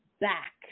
back